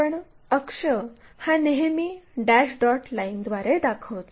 आपण अक्ष हा नेहमी डॅश डॉट लाइन द्वारे दाखवतो